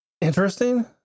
interesting